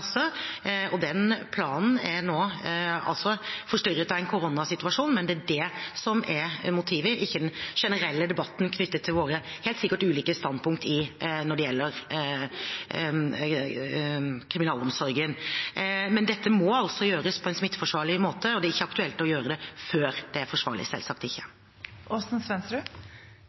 Den planen er nå forstyrret av en koronasituasjon, men det er det som er motivet, ikke den generelle debatten knyttet til våre helt sikkert ulike standpunkt når det gjelder kriminalomsorgen. Men dette må gjøres på en smitteforsvarlig måte, og det er ikke aktuelt å gjøre det før det er forsvarlig – selvsagt